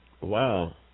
Wow